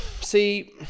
see